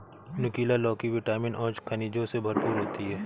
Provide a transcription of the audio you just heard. नुकीला लौकी विटामिन और खनिजों से भरपूर होती है